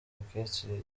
orchestre